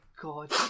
god